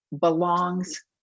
belongs